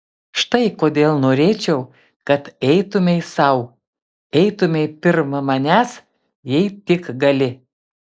štai kodėl norėčiau kad eitumei sau eitumei pirm manęs jei tik gali